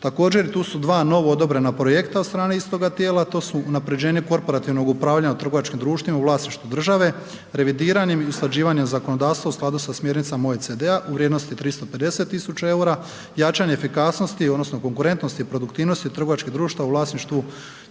Također, tu su dva novoodobrena projekta od strane istoga tijela, to su unaprjeđenje korporativnog upravljanja u trgovačkih društvima u vlasništvu države, revidiranim i usklađivanjem zakonodavstva u skladu sa smjernicama OECD-a u vrijednosti 350 tisuća eura, jačanje efikasnosti odnosno konkurentnosti i produktivnosti trgovačkih društava u vlasništvu,